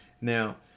Now